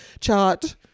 chat